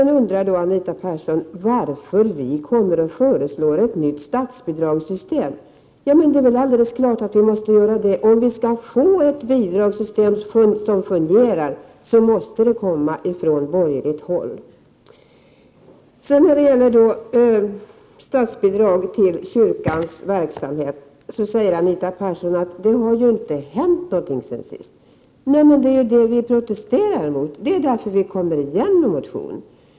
Nu undrar Anita Persson varför vi kommer och föreslår ett nytt statsbidragssystem. Det är väl alldeles klart — om vi skall få ett statsbidragssystem som fungerar, måste det komma från borgerligt håll! När det gäller statsbidraget till kyrkans verksamhet säger Anita Persson att det inte har hänt någonting sedan sist. Nej, det är ju just det vi protesterar mot — det är därför vi kommer igen med motionen!